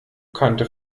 kannte